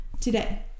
today